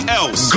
else